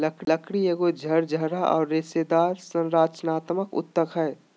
लकड़ी एगो झरझरा औरर रेशेदार संरचनात्मक ऊतक हइ